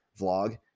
vlog